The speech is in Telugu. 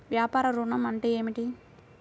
వ్యాపార ఋణం అంటే ఏమిటి?